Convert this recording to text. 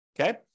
Okay